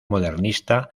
modernista